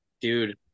dude